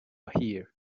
hear